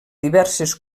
diverses